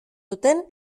duten